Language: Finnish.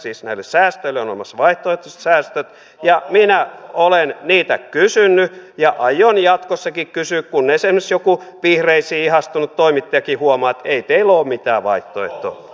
siis näille säästöille on olemassa vaihtoehtoiset säästöt ja minä olen niitä kysynyt ja aion jatkossakin kysyä kunnes esimerkiksi joku vihreisiin ihastunut toimittajakin huomaa että ei teillä ole mitään vaihtoehtoa